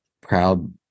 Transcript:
proud